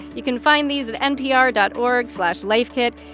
you can find these at npr dot org slash lifekit.